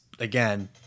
Again